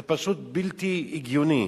זה פשוט בלתי הגיוני.